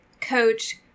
coach